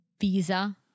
visa